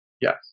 Yes